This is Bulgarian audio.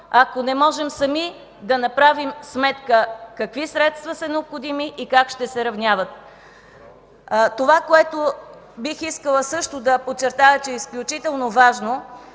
ако не можем сами да направим сметка какви средства са необходими и как ще се равняват. Бих искала също да подчертая, че е изключително важно